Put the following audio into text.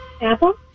Apple